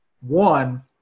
one